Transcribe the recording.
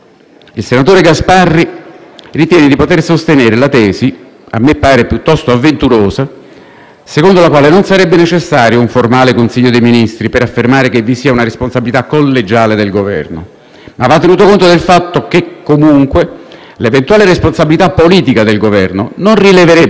secondo la quale non sarebbe necessario un formale Consiglio dei ministri per affermare che vi sia una responsabilità collegiale del Governo, ma va tenuto conto del fatto che, comunque, l'eventuale responsabilità politica del Governo non rileverebbe dal punto di vista penale, e l'eventuale responsabilità politica può essere anche del solo Ministro dell'interno,